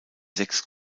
sechs